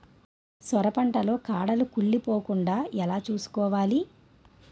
సొర పంట లో కాడలు కుళ్ళి పోకుండా ఎలా చూసుకోవాలి?